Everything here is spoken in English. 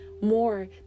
more